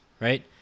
Right